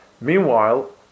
Meanwhile